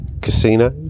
Casino